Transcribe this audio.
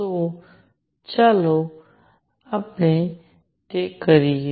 તો ચાલો આપણે તે કરીએ